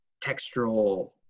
textural